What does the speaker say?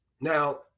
Now